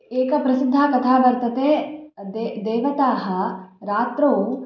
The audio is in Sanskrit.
एकप्रसिद्धा कथा वर्तते दे देवताः रात्रौ